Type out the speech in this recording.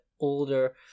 older